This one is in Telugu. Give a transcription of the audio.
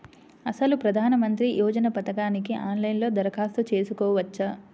అసలు ప్రధాన మంత్రి యోజన పథకానికి ఆన్లైన్లో దరఖాస్తు చేసుకోవచ్చా?